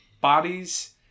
bodies